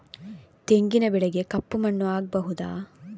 ತೆಂಗಿನ ಬೆಳೆಗೆ ಕಪ್ಪು ಮಣ್ಣು ಆಗ್ಬಹುದಾ?